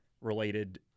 related